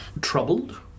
troubled